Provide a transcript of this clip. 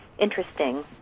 interesting